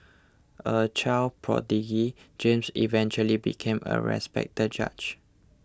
a child prodigy James eventually became a respected judge